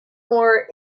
war